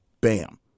Bam